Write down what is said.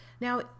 Now